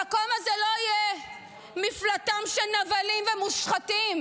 המקום הזה לא יהיה מפלטם של נבלים ומושחתים.